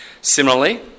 Similarly